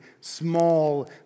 small